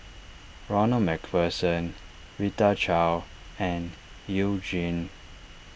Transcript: Ronald MacPherson Rita Chao and You Jin